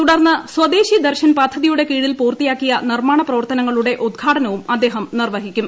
തുടർന്ന് സ്വദേശി ദർശൻ പദ്ധതിയുടെ കീഴിൽ പൂർത്തിയാക്കിയ നിർമാണ പ്രവർത്തനങ്ങളുടെ ഉദ്ഘാടനവും അദ്ദേഹം നിർവ്വഹി ക്കും